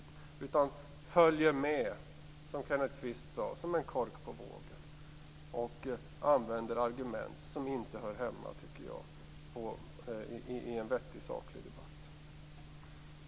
I stället följer man, som Kenneth Kvist sade, med som en kork på vågen och använder argument som inte hör hemma i en vettig och saklig debatt.